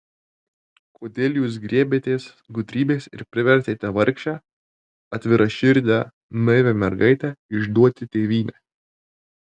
kodėl jūs griebėtės gudrybės ir privertėte vargšę atviraširdę naivią mergaitę išduoti tėvynę